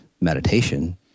meditation